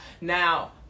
now